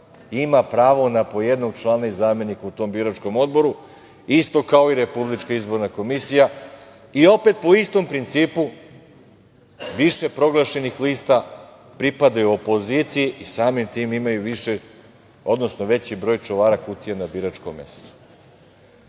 ima pravo na po jednog člana i zamenika u tom biračkom odboru, isto kao i Republička izborna komisija i opet po istom principu – više proglašenih lista pripada opoziciji i samim tim imaju veći broj čuvara kutija na biračkom mestu. Eto,